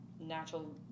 natural